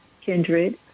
Kindred